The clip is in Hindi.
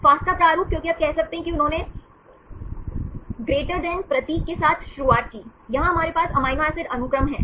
फास्टा प्रारूप क्योंकि आप कह सकते हैं कि उन्होंने प्रतीक symbol के साथ शुरुआत की यहां हमारे पास एमिनो एसिड अनुक्रम है